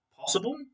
possible